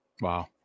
Wow